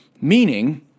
meaning